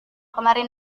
kemarin